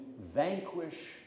vanquish